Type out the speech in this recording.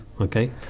Okay